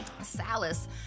Salas